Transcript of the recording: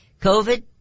COVID